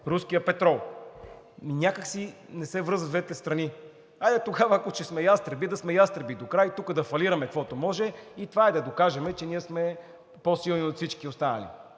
двете страни някак си не се връзват. Хайде тогава, ако сме ястреби, да сме ястреби докрай и тук да фалираме какво може и това е – да докажем, че ние сме по-силни от всички останали.